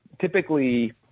typically